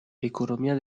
economia